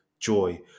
joy